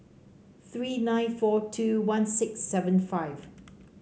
three nine four two one six seven five